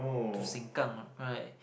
to Sengkang right